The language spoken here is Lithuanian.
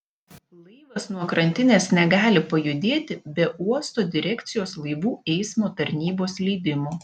laivas nuo krantinės negali pajudėti be uosto direkcijos laivų eismo tarnybos leidimo